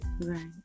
Right